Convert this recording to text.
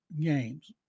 games